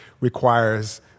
requires